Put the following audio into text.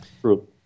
true